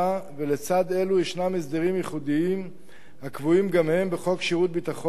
ולצד אלה ישנם הסדרים ייחודיים הקבועים גם הם בחוק שירות ביטחון,